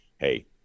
hey